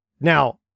Now